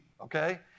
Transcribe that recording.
okay